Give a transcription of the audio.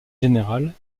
générale